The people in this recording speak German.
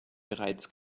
bereits